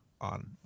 on